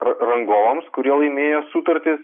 ra rangovams kurie laimėjo sutartį